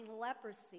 leprosy